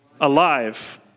alive